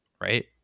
right